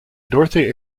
dorothy